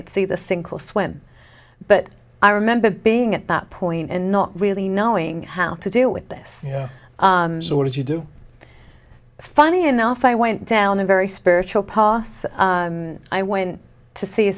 it see the sink or swim but i remember being at that point and not really knowing how to deal with this or you do funny enough i went down a very spiritual poss and i went to see a